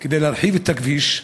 כדי להרחיב את הכביש.